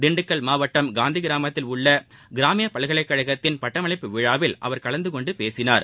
திண்டுக்கல் மாவட்டம் காந்திகிராமத்தில் உள்ள கிராமியப்பல்கலைக்கழகத்தின் பட்டமளிப்பு விழாவில் அவர் கலந்து கொண்டு பேசினார்